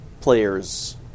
players